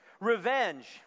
Revenge